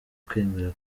kwemera